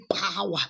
power